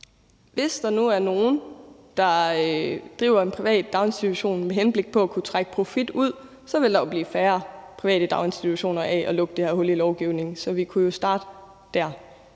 Hvis der nu er nogen, der driver en privat daginstitution med henblik på at kunne trække profit ud, vil der jo blive færre private daginstitutioner af at lukke det her hul i lovgivningen, så vi kunne jo starte der.